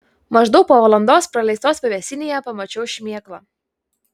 maždaug po valandos praleistos pavėsinėje pamačiau šmėklą